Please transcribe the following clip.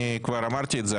אני כבר אמרתי את זה,